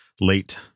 late